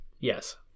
Yes